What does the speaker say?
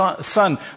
son